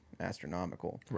astronomical